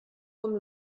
com